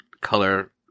color